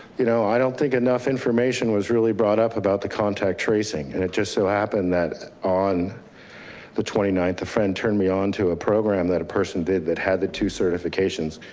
you know, i don't think enough information was really brought up about the contact tracing and it just so happened that on the twenty ninth. a friend turned me on to a program that a person did that had the two certifications.